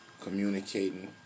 communicating